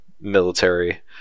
military